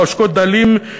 העושקות דלים,